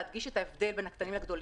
להדגיש את ההבדל בין עסקים קטנים וגדולים.